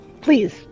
please